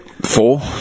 Four